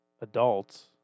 adults